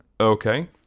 Okay